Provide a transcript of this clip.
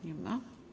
Nie ma?